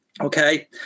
okay